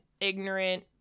ignorant